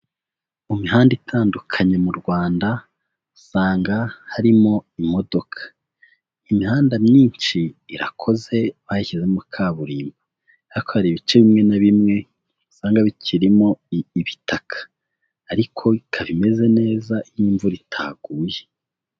Mu mihanda itandukanye mu Rwanda usanga harimo imodoka, imihanda myinshi irakoze bayishyizemo kaburimbo ariko hari ibice bimwe na bimwe usanga bikirimo ibitaka ariko ikaba imeze neza iyo imvura itaguye.